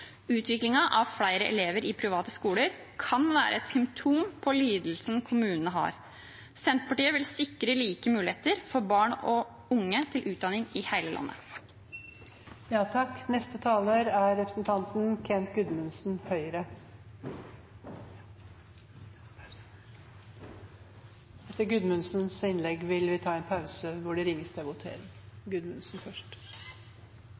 av flere elever i private skoler kan være et symptom på lidelsen kommunene har. Senterpartiet vil sikre like muligheter for barn og unge til utdanning i hele landet. Representanten Marit Knutsdatter Strand har tatt opp det forslaget hun refererte til. For Høyre er det viktig at vi satser på en